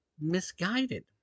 misguided